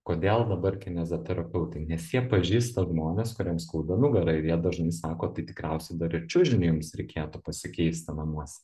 kodėl dabar kineziterapeutai nes jie pažįsta žmones kuriems skauda nugarą ir jie dažnai sako tai tikriausiai dar ir čiužinį jums reikėtų pasikeisti namuose